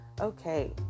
Okay